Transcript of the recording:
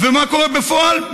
ומה קורה בפועל?